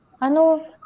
ano